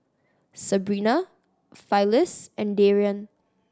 Sebrina Phyliss and Darrion